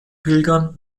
pilgern